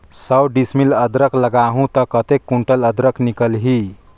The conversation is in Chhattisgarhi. सौ डिसमिल अदरक लगाहूं ता कतेक कुंटल अदरक निकल ही?